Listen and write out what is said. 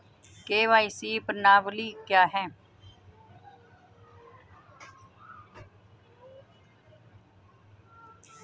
KYC प्रश्नावली क्या है?